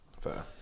Fair